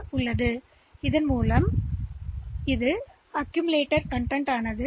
எனவே இதுஎன்பதை புரிந்து ஒரு MOV M ஒரு இன்ஸ்டிரக்ஷன்ல்கொள்ளும்